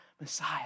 Messiah